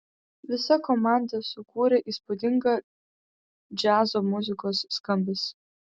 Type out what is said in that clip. visa komanda sukūrė įspūdingą džiazo muzikos skambesį